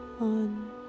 on